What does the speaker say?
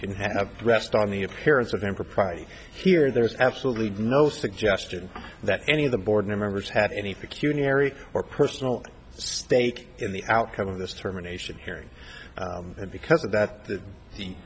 can have rest on the appearance of impropriety here there is absolutely no suggestion that any of the board members have anything culinary or personal stake in the outcome of this terminations hearing and because of that the